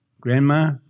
grandma